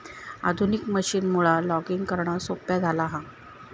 आधुनिक मशीनमुळा लॉगिंग करणा सोप्या झाला हा